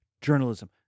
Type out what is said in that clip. Journalism